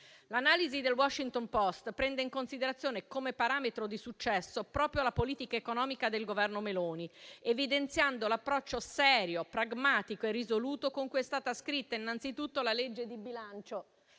L'analisi del «The Washington Post» prende in considerazione come parametro di successo proprio la politica economica del Governo Meloni, evidenziando l'approccio serio, pragmatico e risoluto con cui è stata scritta innanzitutto la legge di bilancio,